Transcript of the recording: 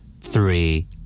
Three